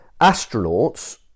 astronauts